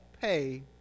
pay